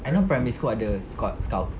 I know primary school ada scout